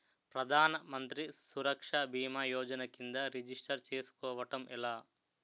ప్రధాన మంత్రి సురక్ష భీమా యోజన కిందా రిజిస్టర్ చేసుకోవటం ఎలా?